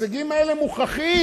ההישגים האלה מוכחים.